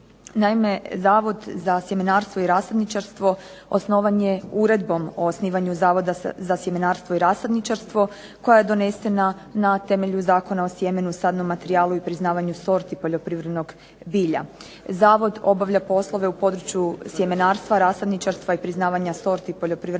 Naime Zavod za sjemenarstvo i rasadničarstvo osnovan je uredbom o osnivanju Zavoda za sjemenarstvo i rasadničarstvo, koja je donesena na temelju Zakona o sjemenu, sadnom materijalu i priznavanju sorti poljoprivrednog bilja. Zavod obavlja poslove u području sjemenarstva, rasadničarstva i priznavanja sorti poljoprivrednog bilja